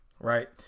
right